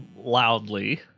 loudly